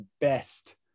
best